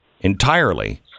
entirely